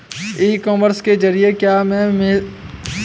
ई commerce के ज़रिए क्या मैं मेसी ट्रैक्टर का क्या ऑफर है जान सकता हूँ?